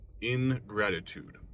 ingratitude